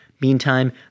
Meantime